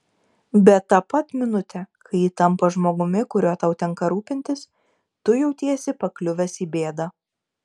bet tą pat minutę kai ji tampa žmogumi kuriuo tau tenka rūpintis tu jautiesi pakliuvęs į bėdą